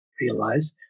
realize